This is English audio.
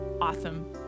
awesome